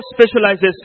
specializes